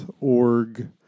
org